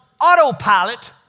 autopilot